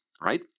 right